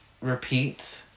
repeat